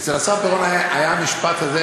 ואצל השר פירון היה משפט על זה